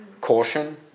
Caution